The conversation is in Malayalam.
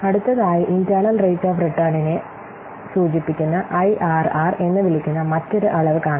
അടുത്തതായി ഇൻടര്നൽ റേറ്റ് ഓഫ് റിട്ടേണിനെ സൂചിപ്പിക്കുന്ന ഐആർആർ എന്ന് വിളിക്കുന്ന മറ്റൊരു അളവ് കാണാം